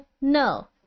No